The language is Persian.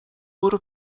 برو